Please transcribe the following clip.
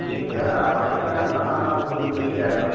ठीक है आप आइए मैडम का नाम है आपको दूध मिल जाएगा